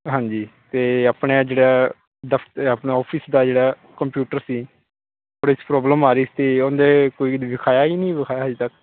ਹਾਂਜੀ ਅਤੇ ਆਪਣੇ ਜਿਹੜਾ ਦਫ਼ ਆਪਣਾ ਆਫਿਸ ਦਾ ਜਿਹੜਾ ਕੰਪਿਊਟਰ ਸੀ ਉਹਦੇ 'ਚ ਪ੍ਰੋਬਲਮ ਆ ਰਹੀ ਸੀ ਉਹਦੇ ਕੋਈ ਵਿਖਾਇਆ ਨਹੀਂ ਵਿਖਾਇਆ ਹਜੇ ਤੱਕ